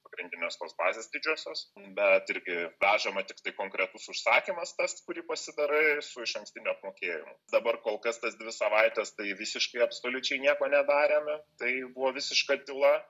pagrindinės tos bazės didžiosios bet irgi vežama tiktai konkretus užsakymas tas kurį pasidarai su išankstiniu apmokėjimu dabar kol kas tas dvi savaites tai visiškai absoliučiai nieko nedarėme tai buvo visiška tyla